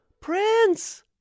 Prince